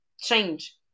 change